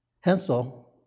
Hensel